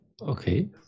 okay